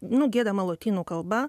nu giedama lotynų kalba